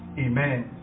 amen